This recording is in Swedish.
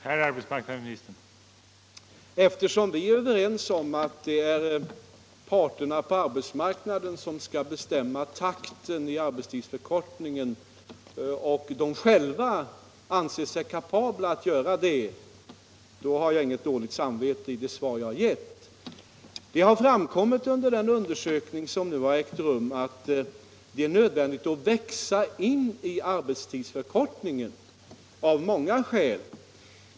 Herr talman! Eftersom vi är överens om att det är parterna på arbetsmarknaden som skall bestämma takten i arbetstidsförkortningen och de själva anser sig kapabla att göra det, har jag inget dåligt samvete för det svar jag gett. Det har framkommit under den undersökning som ägt rum att det av många skäl är nödvändigt att växa in i arbetstidsförkortningen.